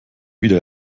wieder